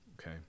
okay